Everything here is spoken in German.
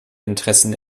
interessen